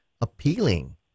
appealing